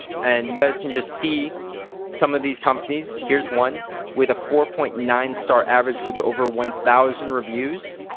and you guys can just see some of these companies. here's one with a four point nine star average with over one thousand reviews.